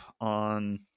on